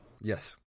Yes